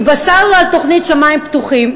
אחרי 48 שעות, התבשרנו על תוכנית "שמים פתוחים".